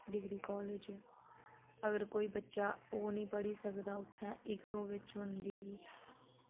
degree college अगर कोई बच्चा ओह् नी पढ़ी सकदा उत्थैं इग्नू बिच्च होंदी